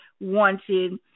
wanted